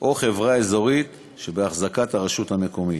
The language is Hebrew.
או חברה אזורית שבהחזקת הרשות המקומית,